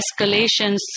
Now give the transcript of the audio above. escalations